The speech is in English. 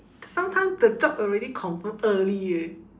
sometime the job already confirm early eh